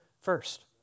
first